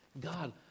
God